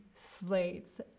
Slates